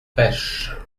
pêche